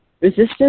Resistance